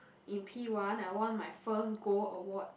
in P one I won my first gold award